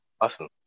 Awesome